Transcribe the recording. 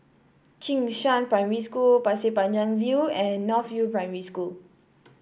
Jing Shan Primary School Pasir Panjang View and North View Primary School